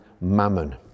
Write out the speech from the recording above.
mammon